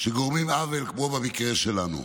שגורמים עוול, כמו במקרה שלנו.